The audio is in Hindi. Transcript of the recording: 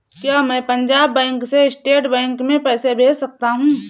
क्या मैं पंजाब बैंक से स्टेट बैंक में पैसे भेज सकता हूँ?